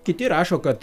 kiti rašo kad